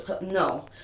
No